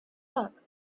luck